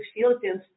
Philippines